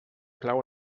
clau